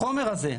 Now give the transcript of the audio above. החומר הזה,